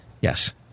Yes